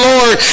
Lord